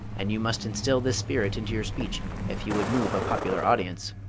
and you must instill this spirit into your speech if you would move a popular audience.